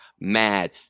mad